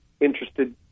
interested –